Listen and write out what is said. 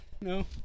no